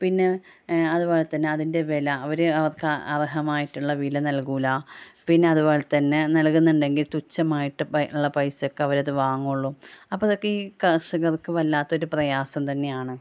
പിന്നെ അതുപോലെത്തന്നെ അതിൻ്റെ വില അവർ അവർക്ക് അർഹമായിട്ടുള്ള വില നൽകില്ല പിന്നെ അതുപോലെത്തന്നെ നല്കുന്നുണ്ടെങ്കിൽ തുച്ചമായിട്ട് ഉള്ള പൈസക്കേ അവരത് വാങ്ങുകയുള്ളൂ അപ്പോൾ ഇതൊക്കെ ഈ കർഷകർക്ക് വല്ലാത്തൊരു പ്രയാസം തന്നെയാണ്